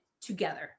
together